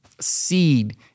seed